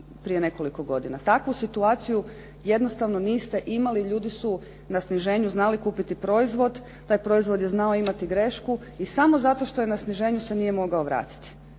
Takvu situaciju jednostavno niste imali, ljudi su na sniženju znali kupiti proizvod, taj proizvod je znao imati grešku i samo zato što je na sniženju se nije mogao vratiti.